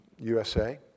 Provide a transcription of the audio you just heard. USA